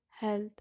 health